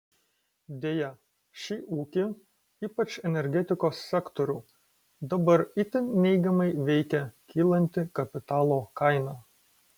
deja šį ūkį ypač energetikos sektorių dabar itin neigiamai veikia kylanti kapitalo kaina